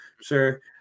sure